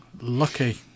Lucky